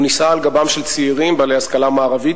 הוא נישא על גבם של צעירים בעלי השכלה מערבית,